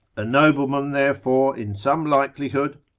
a nobleman therefore in some likelihood,